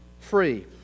free